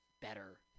better